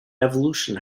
evolution